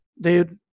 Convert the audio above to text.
dude